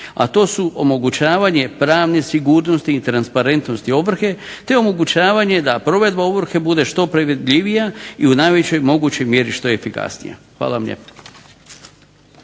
to su omogućavanja pravne sigurnosti i transparentnosti ovrhe te omogućavanje da provedba ovrhe bude što predvidljivija i u najvećoj mogućoj mjeri što efikasnija. Hvala vam lijepo.